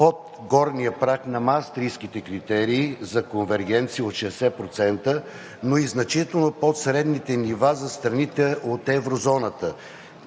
под горния праг на Маастрихтските критерии за конвергенция от 60%, но и значително под средните нива за страните от еврозоната